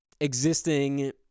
existing